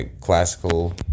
classical